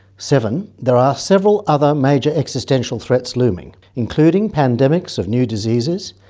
seven there are several other major existential threats looming, including pandemics of new diseases,